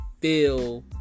feel